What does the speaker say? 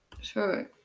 sure